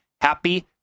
happy